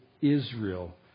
Israel